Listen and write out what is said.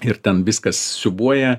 ir ten viskas siūbuoja